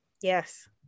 Yes